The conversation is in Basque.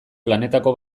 planetako